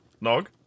nog